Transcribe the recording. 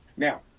Now